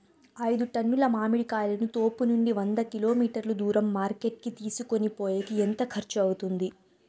ఐదు టన్నుల మామిడి కాయలను తోపునుండి వంద కిలోమీటర్లు దూరం మార్కెట్ కి తీసుకొనిపోయేకి ఎంత ఖర్చు అవుతుంది?